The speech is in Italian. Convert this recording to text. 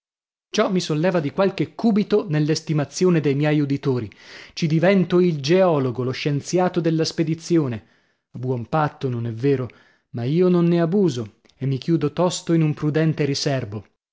ciò mi solleva di qualche cubito nell'estimazione dei miei uditori ci divento il geologo lo scienziato della spedizione a buon patto non è vero ma io non ne abuso e mi chiudo tosto in un prudente riserbo